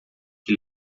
que